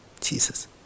Jesus